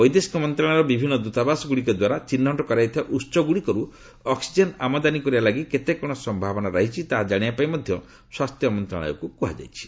ବୈଦେଶିକ ମନ୍ତ୍ରଣାଳୟର ବିଭିନ୍ନ ଦ୍ରତାବାସ ଗୁଡ଼ିକ ଦ୍ୱାରା ଚିହ୍ନଟ କରାଯାଇଥିବା ଉସ ଗୁଡ଼ିକରୁ ଅକ୍ନିଜେନ୍ ଆମଦାନୀ କରିବା ଲାଗି କେତେ କ'ଣ ସମ୍ଭାବନା ରହିଛି ତାହା କାଶିବା ପାଇଁ ମଧ୍ୟ ସ୍ୱାସ୍ଥ୍ୟ ମନ୍ତ୍ରଣାଳୟକୁ କୁହାଯାଇଛି